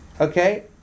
Okay